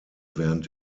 während